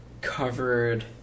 covered